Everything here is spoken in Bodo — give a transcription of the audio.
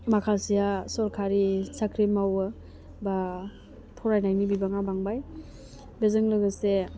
माखासेया सरखारि साख्रि मावो बा फरायनायनि बिबाङा बांबाय बेजों लोगोसे